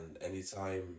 anytime